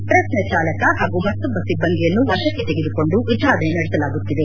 ಟ್ರಕ್ನ ಚಾಲಕ ಹಾಗೂ ಮತ್ತೊಬ್ಬ ಸಿಬ್ಬಂದಿಯನ್ನು ವಶಕ್ಕೆ ತೆಗೆದುಕೊಂಡು ವಿಚಾರಣೆ ನಡೆಸಲಾಗುತ್ತಿದೆ